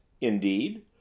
Indeed